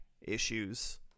Issues